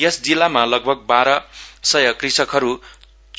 यस जिल्लामा लगभग बार सय कृषकहरु छन्